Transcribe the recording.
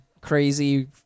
crazy-